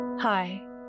Hi